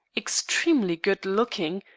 extremely good-looking,